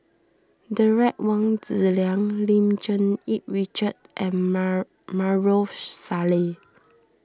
Derek Wong Zi Liang Lim Cherng Yih Richard and Maarof Salleh